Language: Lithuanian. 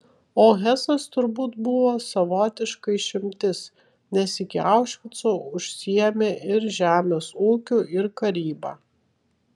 o hesas turbūt buvo savotiška išimtis nes iki aušvico užsiėmė ir žemės ūkiu ir karyba